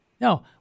No